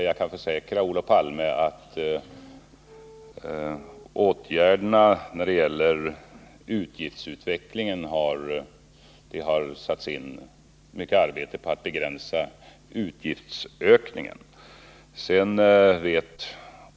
Jag kan försäkra Olof Palme att det har lagts ned mycket arbete på att begränsa utgiftsökningen.